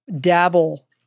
dabble